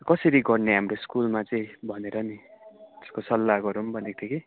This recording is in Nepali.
कसरी गर्ने हाम्रो स्कुलमा चाहिँ भनेर नि त्यसको सल्लाह गरौँ भनेको थिएँ कि